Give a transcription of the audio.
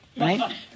right